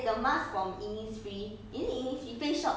我很久没去找一下 shopping liao